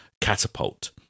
Catapult